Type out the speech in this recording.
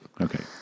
Okay